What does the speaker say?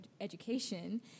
education